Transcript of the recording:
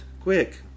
quick